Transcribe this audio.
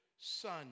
son